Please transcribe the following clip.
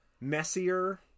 messier